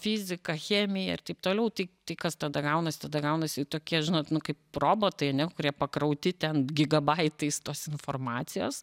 fiziką chemiją ir taip toliau tai tai kas tada gaunasi tada gaunasi tokie žinot nu kaip robotai kurie pakrauti ten gigabaitais tos informacijos